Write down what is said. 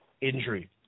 injury